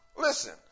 Listen